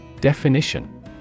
Definition